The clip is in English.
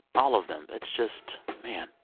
all of them, it's just man.